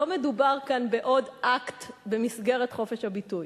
לא מדובר כאן בעוד אקט במסגרת חופש הביטוי,